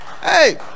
Hey